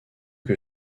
que